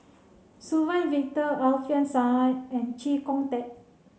Suzann Victor Alfian Sa'at and Chee Kong Tet